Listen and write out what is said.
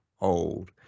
old